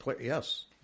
Yes